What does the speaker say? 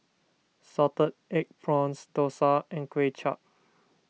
Salted Egg Prawns Dosa and Kuay Chap